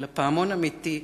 אלא פעמון אמיתי ענק,